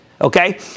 Okay